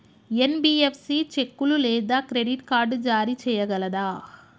NBFC చెక్కులు లేదా credit card జారీ చేయగలదా?